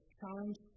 challenge